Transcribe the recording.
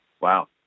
Wow